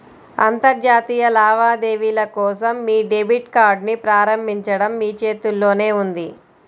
అంతర్జాతీయ లావాదేవీల కోసం మీ డెబిట్ కార్డ్ని ప్రారంభించడం మీ చేతుల్లోనే ఉంది